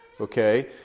Okay